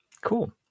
Cool